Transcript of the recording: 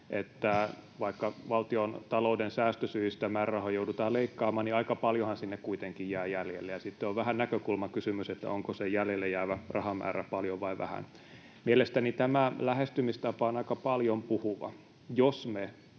että vaikka valtiontalouden säästösyistä määrärahoja joudutaan leikkaamaan, niin aika paljonhan sinne kuitenkin jää jäljelle, ja sitten on vähän näkökulmakysymys, että onko se jäljelle jäävä rahamäärä paljon vai vähän. Mielestäni tämä lähestymistapa on aika paljon puhuva.